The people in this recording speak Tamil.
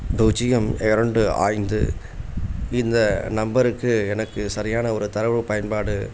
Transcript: பூஜ்யம் இரண்டு ஐந்து இந்த நம்பருக்கு எனக்கு சரியான ஒரு தரவுப் பயன்பாடு